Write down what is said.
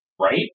right